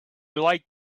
like